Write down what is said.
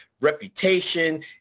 reputation